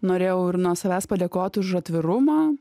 norėjau ir nuo savęs padėkoti už atvirumą